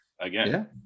again